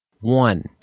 One